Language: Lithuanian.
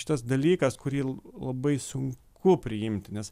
šitas dalykas kurį labai sunku priimti nes